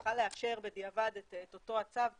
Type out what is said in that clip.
יש קריטריון אחר שאפשר להציב אותו ואז הוא יענה,